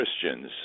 Christians